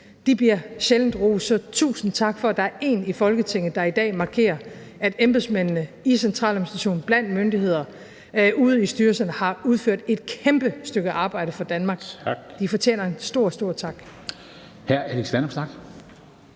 bliver sjældent rost. Så tusind tak for, at der én i Folketinget, der i dag markerer, at embedsmændene i centraladministrationen, blandt myndigheder, ude i styrelserne har udført et kæmpe stykke arbejde for Danmark. De fortjener en stor, stor tak. Kl. 23:24 Formanden